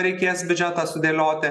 reikės biudžetą sudėlioti